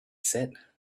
said